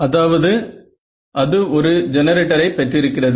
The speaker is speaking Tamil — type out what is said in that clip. அதாவது அது ஒரு ஜெனரேட்டரை பெற்றிருக்கிறது